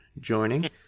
joining